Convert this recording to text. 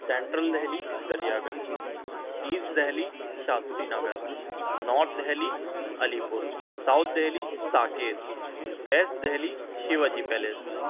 central Delhi Daryaganj east Delhi Shastri Nagar north Delhi Alipur south Delhi Saket west Delhi Shivaji palace